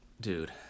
Dude